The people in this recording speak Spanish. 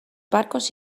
barcos